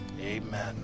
amen